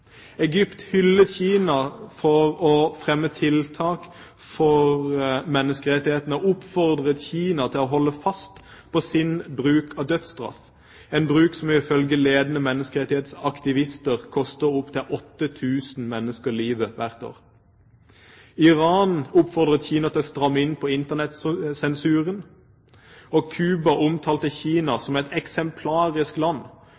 Egypt hyllet Kina for å fremme tiltak for menneskerettighetene og oppfordret Kina til å holde fast på sin bruk av dødsstraff – en bruk som ifølge ledende menneskerettighetsaktivister koster opptil 8 000 mennesker livet hvert år. Iran oppfordret Kina til å stramme inn på internett-sensuren. Cuba omtalte Kina som et eksemplarisk land